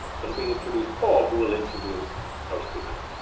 so let me introduce paul who will introduce our speaker.